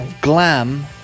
glam